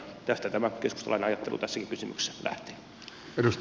tästä tämä keskustalainen ajattelu tässäkin kysymyksessä lähtee